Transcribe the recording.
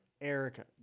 Erica